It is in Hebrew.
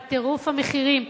בטירוף המחירים,